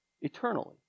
eternally